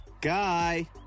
Guy